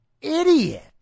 idiot